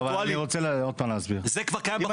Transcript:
זה כבר קיים.